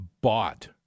bought